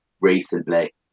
recently